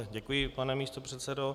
Děkuji, pane místopředsedo.